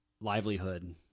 livelihood